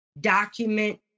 Document